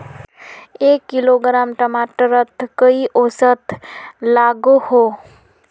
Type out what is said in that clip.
एक किलोग्राम टमाटर त कई औसत लागोहो?